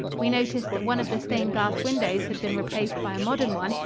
we noticed that one of the stained-glass windows had been replaced by a modern one,